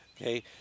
okay